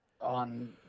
on